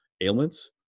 ailments